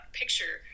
picture